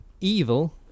evil